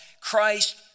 Christ